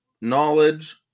Knowledge